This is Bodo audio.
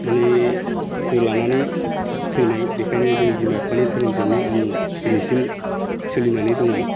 माने बेखौ लानानै फैनाय बेखायनो जों बिमा बिफानि धोरोमजोंनो आं दिनैसिम सोलिनानै दङ